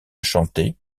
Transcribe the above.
chanter